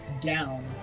down